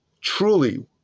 truly